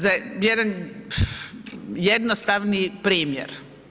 Za jedan jednostavni primjer.